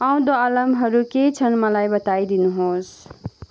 आउँँदो अलार्महरू के छन मलाई बताइदिनुहोस्